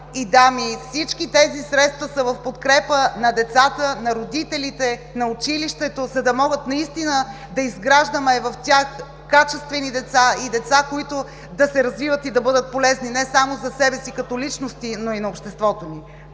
и дами, всички тези средства са в подкрепа на децата, на родителите, на училището, за да можем наистина да изграждаме в тях качествени деца – деца, които да се развиват и да бъдат полезни не само за себе си като личности, но и на обществото ни.